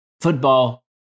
football